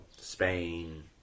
Spain